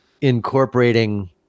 incorporating